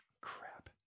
Crap